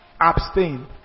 Abstain